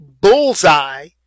Bullseye